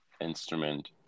instrument